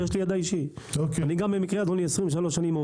גם עו"ד מזה 23 שנים,